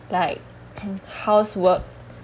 like housework